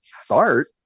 start